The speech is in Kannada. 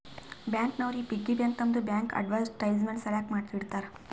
ಬ್ಯಾಂಕ್ ನವರು ಈ ಪಿಗ್ಗಿ ಬ್ಯಾಂಕ್ ತಮ್ಮದು ಬ್ಯಾಂಕ್ದು ಅಡ್ವರ್ಟೈಸ್ಮೆಂಟ್ ಸಲಾಕ ಇಡ್ತಾರ